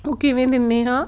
ਉਹ ਕਿਵੇਂ ਦਿੰਦੇ ਹਾਂ